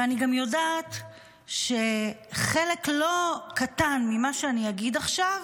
ואני גם יודעת שחלק לא קטן ממה שאני אגיד עכשיו,